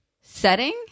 setting